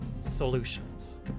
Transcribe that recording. solutions